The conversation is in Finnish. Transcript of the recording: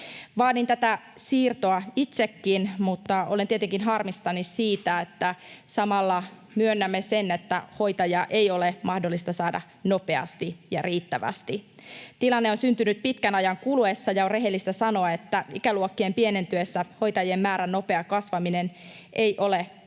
Vaadin tätä siirtoa itsekin, mutta olen tietenkin harmissani siitä, että samalla myönnämme sen, että hoitajia ei ole mahdollista saada nopeasti ja riittävästi. Tilanne on syntynyt pitkän ajan kuluessa, ja on rehellistä sanoa, että ikäluokkien pienentyessä hoitajien määrän nopea kasvaminen ei ole rehellinen